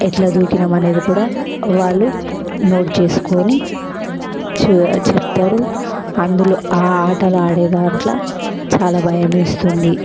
ఎట్ల దూకినం అనేది కూడా వాళ్ళు నోట్ చేసుకుని చే చెప్తారు అందులో ఆ ఆటలాడే దాంట్లో చాలా భయమేస్తుంది